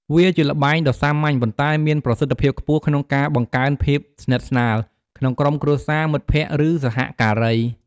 វាជាល្បែងដ៏សាមញ្ញ ប៉ុន្តែមានប្រសិទ្ធភាពខ្ពស់ក្នុងការបង្កើនភាពស្និទ្ធស្នាល ក្នុងក្រុមគ្រួសារ មិត្តភក្តិ ឬសហការី។